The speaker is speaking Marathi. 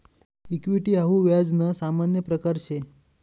इक्विटी हाऊ व्याज ना सामान्य प्रकारसे